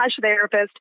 therapist